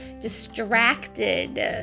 distracted